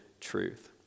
truth